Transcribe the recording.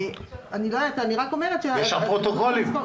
יש פרוטוקולים.